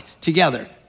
together